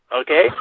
okay